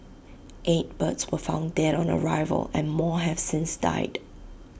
eight birds were found dead on arrival and more have since died